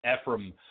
Ephraim